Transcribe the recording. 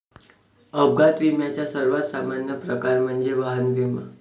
अपघात विम्याचा सर्वात सामान्य प्रकार म्हणजे वाहन विमा